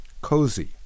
Cozy